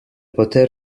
poter